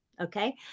okay